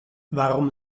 warum